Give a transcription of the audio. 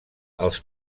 els